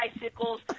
bicycles